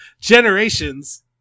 Generations